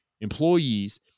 employees